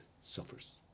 suffers